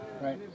Right